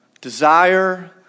Desire